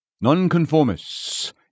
Nonconformists